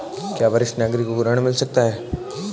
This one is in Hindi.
क्या वरिष्ठ नागरिकों को ऋण मिल सकता है?